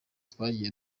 twagiye